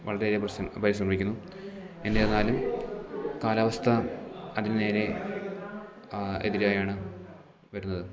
വളരെയധികം പ്രശ്നം പരിശ്രമിക്കുന്നു എന്നിരുന്നാലും കാലാവസ്ഥ അതിനുനേരെ എതിരായാണ് വരുന്നത്